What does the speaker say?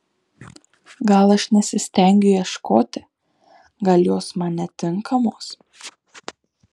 gal aš nesistengiu ieškoti gal jos man netinkamos